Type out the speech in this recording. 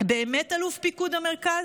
באמת, אלוף פיקוד המרכז?